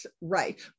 right